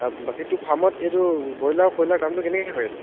আৰু বাকী তোৰ ফাৰ্মত এইটো ব্ৰইলাৰ আৰু কইলাৰ দামটো কেনেকৈ হৈ আছে